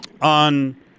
on